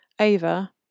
Ava